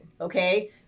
okay